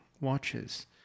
watches